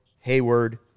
Hayward